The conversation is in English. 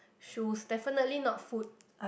shoes definitely not food